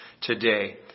today